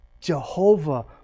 Jehovah